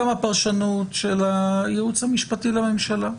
זו גם הפרשנות של הייעוץ המשפטי לממשלה.